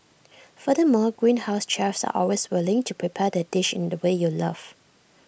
furthermore Greenhouse's chefs are always willing to prepare the dish in the way you love